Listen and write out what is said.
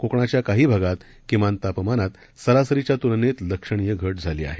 कोकणाच्या काही भागात किमान तापमानात सरासरीच्या तुलनेत लक्षणीय घट झाली आहे